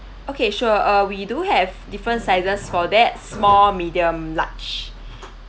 okay sure uh we do have different sizes for that small medium large